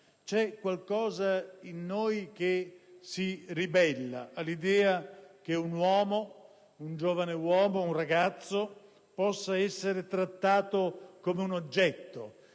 c'è qualcosa in noi che si ribella all'idea che un giovane uomo, un ragazzo possa essere trattato come un oggetto,